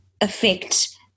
affect